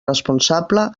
responsable